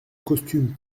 costume